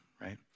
right